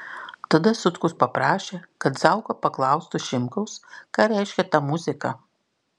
tada sutkus paprašė kad zauka paklaustų šimkaus ką reiškia ta muzika